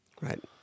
Right